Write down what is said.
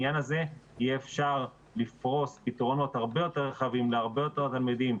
דברים אבל אני חייבת לעבור למשרד החינוך.